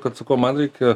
kad sakau man reikia